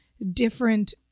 different